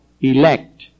elect